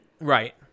Right